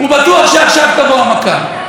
הוא בטוח שעכשיו תבוא המכה.